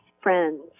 friends